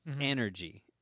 Energy